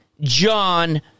John